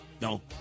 No